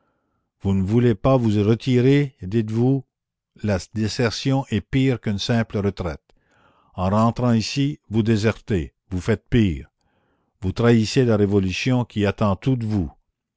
vous ne voulez pas vous retirer dites-vous la désertion est pire qu'une simple retraite en rentrant ici vous désertez vous faites pire vous trahissez la révolution qui attend tout de vous